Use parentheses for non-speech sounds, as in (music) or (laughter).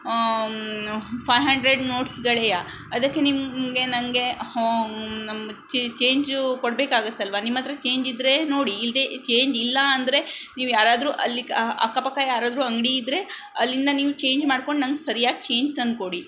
five hundred ನೋಟ್ಸ್ಗಳೆ ಅದಕ್ಕೆ ನಿಮಗೆ ನಂಗೆ (unintelligible) ನಮ್ಮ ಚೇಂಜು ಕೊಡಬೇಕಾಗತ್ತಲ್ವಾ ನಿಮ್ಮಹತ್ರ ಚೇಂಜ್ ಇದ್ರೇ ನೋಡಿ ಇಲ್ಲದೆ ಚೇಂಜ್ ಇಲ್ಲಾ ಅಂದರೆ ನೀವು ಯಾರಾದರೂ ಅಲ್ಲಿ ಅಕ್ಕಪಕ್ಕ ಯಾರಾದ್ರು ಅಂಗಡಿ ಇದ್ರೆ ಅಲ್ಲಿಂದ ನೀವು ಚೇಂಜ್ ಮಾಡ್ಕೊಂಡು ನಂಗೆ ಸರಿಯಾಗಿ ಚೇಂಜ್ ತಂದುಕೊಡಿ